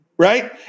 Right